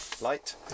Light